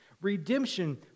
redemption